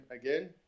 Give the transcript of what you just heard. again